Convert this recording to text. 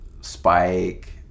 Spike